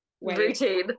routine